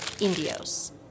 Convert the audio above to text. Indios